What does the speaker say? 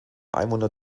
einwohner